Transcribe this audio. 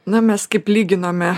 na mes kaip lyginome